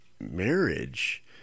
marriage